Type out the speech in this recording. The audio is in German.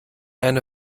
eine